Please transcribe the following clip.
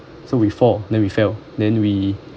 so we fall then we fell then we